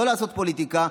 ולא לעשות פוליטיקה,